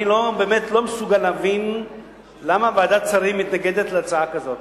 אני באמת לא מסוגל להבין למה ועדת שרים מתנגדת להצעה כזאת.